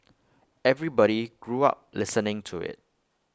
everybody grew up listening to IT